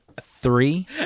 three